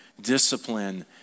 discipline